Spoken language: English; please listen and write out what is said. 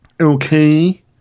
okay